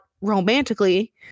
romantically